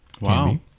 Wow